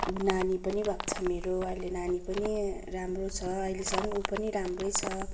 नानी पनि भएको छ मेरो अहिले नानी पनि राम्रो छ अहिलेसम्म उ पनि राम्रै छ